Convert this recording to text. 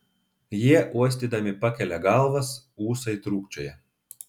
jie uostydami pakelia galvas ūsai trūkčioja